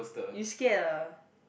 you scared ah